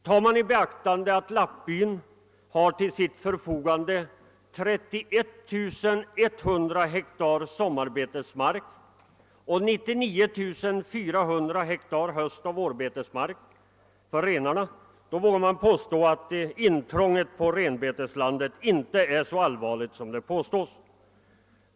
Tar man i beaktande att lappbyn har till sitt förfogande 31 100 hektar sommarbetesland och 99 400 hektar höstoch vårbetesland för renarna vågar man påstå att intrånget på renbeteslandet inte är så allvarligt som det påstås.